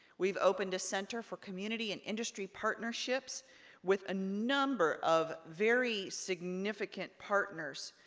we've opened a center for community and industry partnerships with a number of very significant partners,